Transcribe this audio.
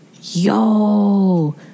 yo